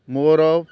ମୋର